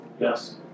Yes